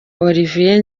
olivier